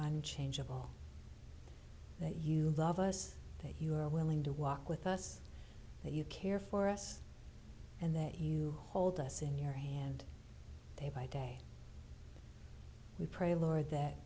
unchangeable that you love us that you are willing to walk with us that you care for us and that you hold us in your hand day day by we pray lord that